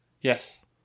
yes